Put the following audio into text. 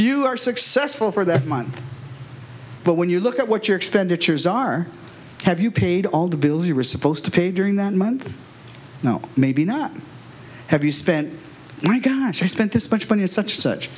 you are successful for that month but when you look at what your expenditures are have you paid all the bills you were supposed to pay during that month no maybe not have you spent my gosh i spent this much money at such